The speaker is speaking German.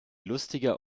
lustiger